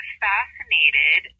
fascinated